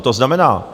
To znamená...